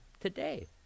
today